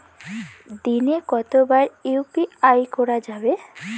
দিনে কতবার ইউ.পি.আই করা যাবে?